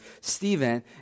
Stephen